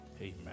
Amen